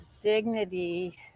dignity